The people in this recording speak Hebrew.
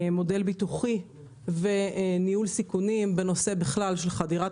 מודל ביטוחי וניהול סיכונים בנושא של חדירת